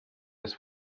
des